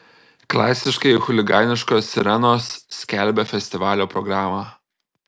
klasiškai chuliganiškos sirenos skelbia festivalio programą